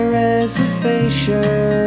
reservation